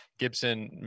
Gibson